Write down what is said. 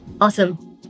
Awesome